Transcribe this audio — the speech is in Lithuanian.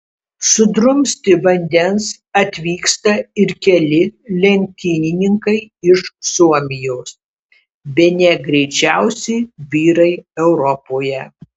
sudrumsti vandens atvyksta ir keli lenktynininkai iš suomijos bene greičiausi vyrai europoje